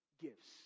gifts